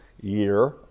year